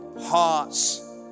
hearts